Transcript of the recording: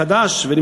ואני